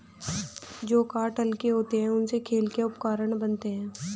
जो काष्ठ हल्के होते हैं, उनसे खेल के उपकरण बनते हैं